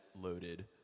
loaded